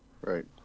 right